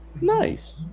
nice